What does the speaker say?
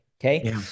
okay